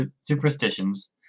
superstitions